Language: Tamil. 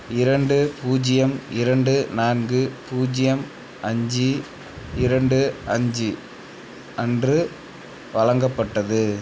இரண்டு பூஜ்ஜியம் இரண்டு நான்கு பூஜ்ஜியம் அஞ்சு இரண்டு அஞ்சு அன்று வழங்கப்பட்டது